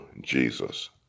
Jesus